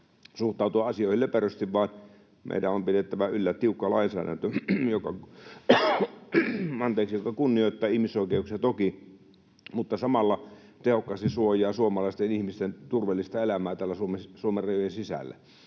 suhtautua asioihin löperösti, vaan meidän on pidettävä yllä tiukka lainsäädäntö, joka kunnioittaa ihmisoikeuksia, toki, mutta samalla tehokkaasti suojaa suomalaisten ihmisten turvallista elämää täällä Suomen rajojen sisällä.